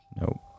Nope